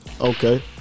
Okay